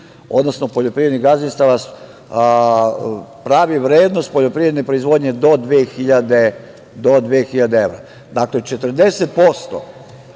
odnosno poljoprivrednih gazdinstava pravi vrednost poljoprivredne proizvodnje do 2.000 evra. Dakle, 40%